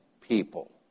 people